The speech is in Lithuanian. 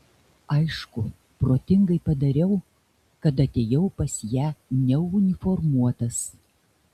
aišku protingai padariau kad atėjau pas ją neuniformuotas